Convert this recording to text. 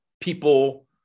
people